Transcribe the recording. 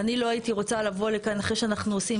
ואני לא הייתי רוצה לבוא לכאן אחרי שאנחנו עושים,